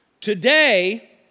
Today